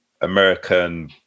American